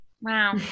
Wow